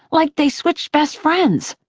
like they switched best friends.